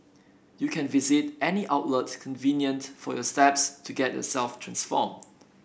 you can visit any outlet convenient for your steps to get yourself transformed